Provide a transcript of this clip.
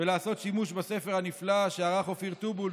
ולעשות שימוש בספר הנפלא שערך אופיר טובול,